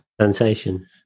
sensation